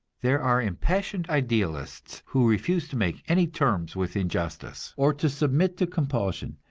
there are impassioned idealists who refuse to make any terms with injustice, or to submit to compulsion,